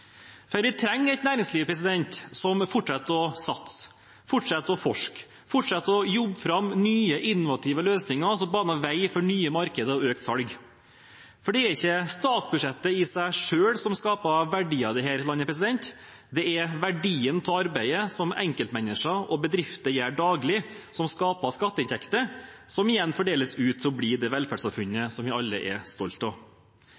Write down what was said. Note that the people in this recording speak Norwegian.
Vi trenger et næringsliv som fortsetter å satse, fortsetter å forske, fortsetter å jobbe fram nye, innovative løsninger som baner vei for nye markeder og økt salg. Det er ikke statsbudsjettet i seg selv som skaper verdier i dette landet, det er verdien av arbeidet som enkeltmennesker og bedrifter gjør daglig, som skaper skatteinntekter, som igjen fordeles ut til det velferdssamfunnet som vi alle er stolt av.